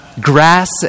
Grass